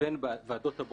לבין ועדות הבוחנים.